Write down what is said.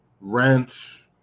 rent